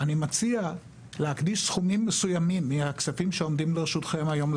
אני מציע להקדיש סכומים מסוימים מהכספים שעומדים לרשותכם היום,